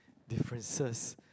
differences